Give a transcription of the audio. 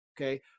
okay